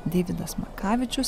deividas makavičius